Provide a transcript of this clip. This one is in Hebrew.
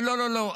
לא, לא, לא.